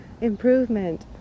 Improvement